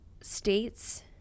states